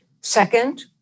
Second